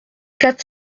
quatre